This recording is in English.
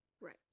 Right